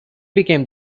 became